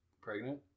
pregnant